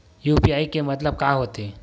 UPI के मतलब का होथे?